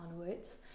onwards